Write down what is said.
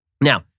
Now